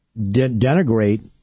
denigrate